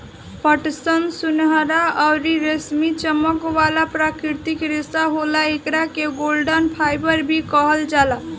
पटसन सुनहरा अउरी रेशमी चमक वाला प्राकृतिक रेशा होला, एकरा के गोल्डन फाइबर भी कहल जाला